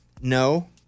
no